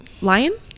lion